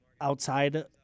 outside